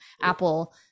Apple